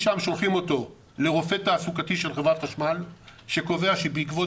משם שולחים אותו לרופא תעסוקתי של חברת חשמל שקובע שבעקבות